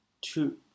two